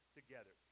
together